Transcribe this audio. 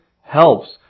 helps